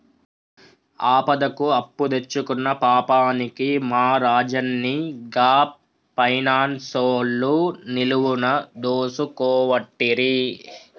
ఆపదకు అప్పుదెచ్చుకున్న పాపానికి మా రాజన్ని గా పైనాన్సోళ్లు నిలువున దోసుకోవట్టిరి